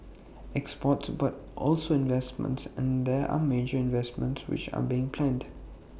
exports but also investments and there are major investments which are being planned